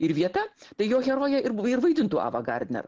ir vieta tai jo heroję ir ir vaidintų ava gardner